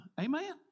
Amen